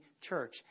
church